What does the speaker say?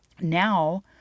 Now